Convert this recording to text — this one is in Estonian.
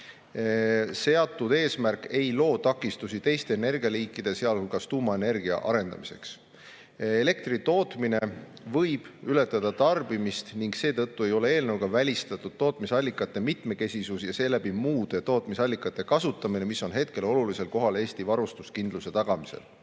Seatud eesmärk ei loo takistusi teiste energialiikide, sealhulgas tuumaenergia arendamiseks. Elektri tootmine võib ületada tarbimist ning seetõttu ei ole eelnõuga välistatud tootmisallikate mitmekesisus ja seeläbi muude tootmisallikate kasutamine, mis on hetkel olulisel kohal Eesti varustuskindluse tagamisel.